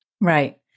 Right